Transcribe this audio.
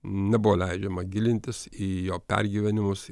nebuvo leidžiama gilintis į jo pergyvenimus